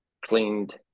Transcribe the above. cleaned